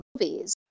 movies